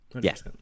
Yes